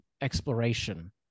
exploration